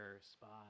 spot